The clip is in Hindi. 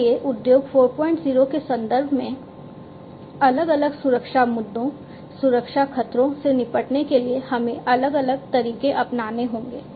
इसलिए उद्योग 40 के संदर्भ में अलग अलग सुरक्षा मुद्दों सुरक्षा खतरों से निपटने के लिए हमें अलग अलग तरीके अपनाने होंगे